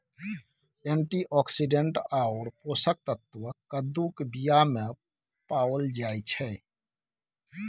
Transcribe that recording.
antioxidant आओर पोषक तत्व कद्दूक बीयामे पाओल जाइत छै